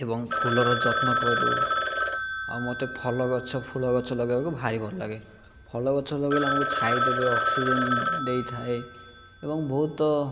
ଏବଂ ଫୁଲର ଯତ୍ନ କରୁ ଆଉ ମତେ ଫଳ ଗଛ ଫୁଲ ଗଛ ଲଗେଇବାକୁ ଭାରି ଭଲ ଲାଗେ ଫଳ ଗଛ ଲଗେଇଲେ ଆମକୁ ଛାଇଦବେ ଅକ୍ସିଜେନ୍ ଦେଇଥାଏ ଏବଂ ବହୁତ